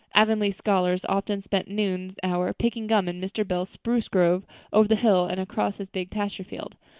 avonlea scholars often spent noon hour picking gum in mr. bell's spruce grove over the hill and across his big pasture field.